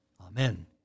Amen